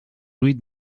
huit